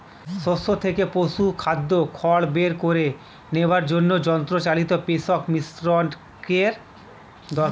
শস্য থেকে পশুখাদ্য খড় বের করে নেওয়ার জন্য যন্ত্রচালিত পেষক মিশ্রকের দরকার পড়ে